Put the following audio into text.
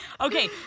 okay